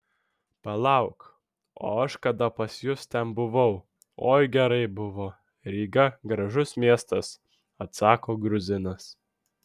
palauk o aš kada pas jus ten buvau oi gerai buvo ryga gražus miestas atsako gruzinas